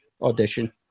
audition